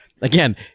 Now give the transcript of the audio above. again